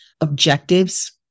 objectives